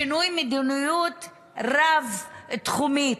שינוי מדיניות רב-תחומי,